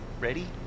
Ready